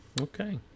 Okay